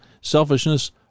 selfishness